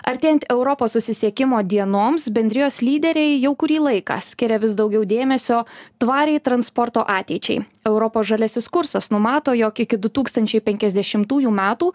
artėjant europos susisiekimo dienoms bendrijos lyderiai jau kurį laiką skiria vis daugiau dėmesio tvariai transporto ateičiai europos žaliasis kursas numato jog iki du tūkstančiai penkiasdešimtųjų metų